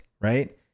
right